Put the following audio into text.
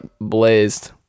blazed